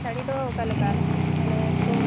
ᱥᱟᱹᱲᱤ ᱫᱚ ᱚᱠᱟ ᱞᱮᱠᱟ ᱢᱟᱱᱮ ᱴᱩ